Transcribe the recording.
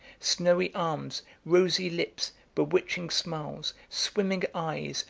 snowy arms, rosy lips, bewitching smiles, swimming eyes,